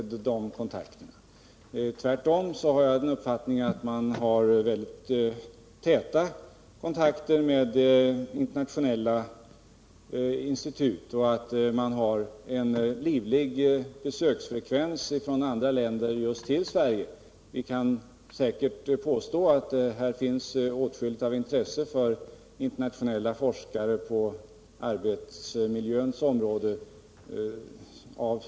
Jag har tvärtom uppfattningen att man har mycket täta kontakter med internationella institut och att vi här i Sverige på detta område har en livlig besöksfrekvens från andra länder. Man kan säkert påstå att här finns åtskilligt av intresse för internationella forskare på arbetsmiljöns område.